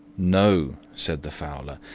no, said the fowler,